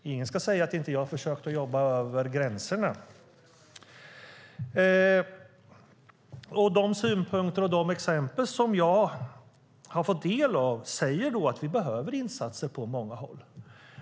Ingen ska säga att jag inte har försökt jobba över gränserna. De synpunkter och exempel som jag har fått del av säger att vi behöver insatser på många håll.